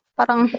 parang